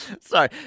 Sorry